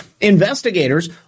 investigators